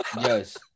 Yes